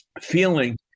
feeling